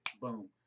boom